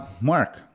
Mark